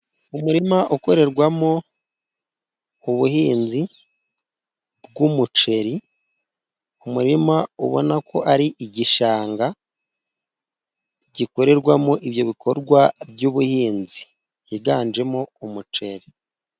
Umurima ukorerwamo ubuhinzi bw'umuceri , umurima ubonako ari igishanga gikorerwamo ibyo bikorwa by'ubuhinzi higanjemo umuceri.